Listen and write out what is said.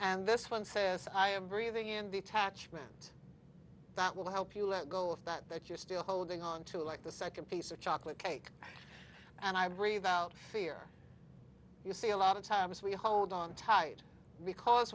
and this one says i am breathing in detachment that will help you let go of that that you're still holding on to like the second piece of chocolate cake and i breathe out fear you see a lot of times we hold on tight because